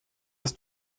ist